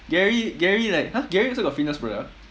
gary gary like !huh! gary also got fitness product